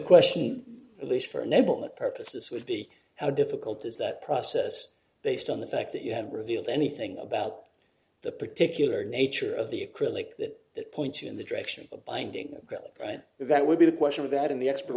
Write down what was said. question at least for a nobleman purposes would be how difficult is that process based on the fact that you have revealed anything about the particular nature of the acrylic that it points in the direction of binding both right that would be the question of that in the expert